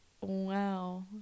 Wow